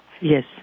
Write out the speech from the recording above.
Yes